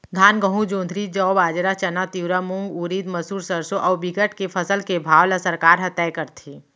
धान, गहूँ, जोंधरी, जौ, बाजरा, चना, तिंवरा, मूंग, उरिद, मसूर, सरसो अउ बिकट के फसल के भाव ल सरकार ह तय करथे